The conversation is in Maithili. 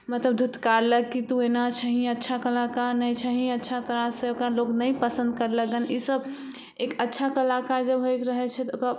मतलब धुत्कारलक जे तू एना छही अच्छा कलाकार नहि छही अच्छा तोरासँ ओकरा लोग नहि पसन्द करलकन ई सब एक अच्छा कलाकार जब होइके रहय छै तऽ ओकरा